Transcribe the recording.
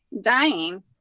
dying